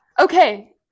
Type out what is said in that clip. Okay